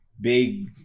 big